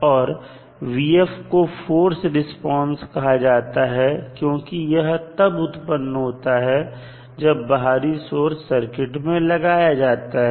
और को force response कहा जाता है क्योंकि यह तब उत्पन्न होता है जब बाहरी सोर्स सर्किट में लगाया जाता है